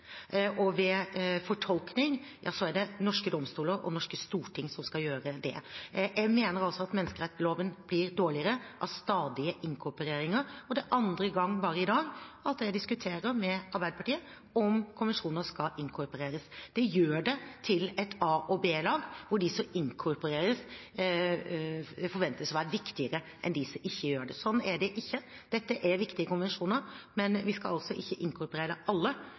og ved fortolkning er det norske domstoler og det norske storting som skal gjøre det. Jeg mener at menneskerettsloven blir dårligere av stadige inkorporeringer, og det er andre gang bare i dag at jeg diskuterer med Arbeiderpartiet om konvensjoner skal inkorporeres. Det gjør det til et a- og b-lag, hvor de som inkorporeres forventes å være viktigere enn de som ikke gjør det. Sånn er det ikke. Dette er viktige konvensjoner. Men vi skal altså ikke inkorporere alle